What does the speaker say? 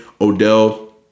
Odell